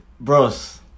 Bros